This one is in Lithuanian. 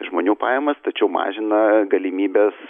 žmonių pajamas tačiau mažina galimybes